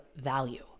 value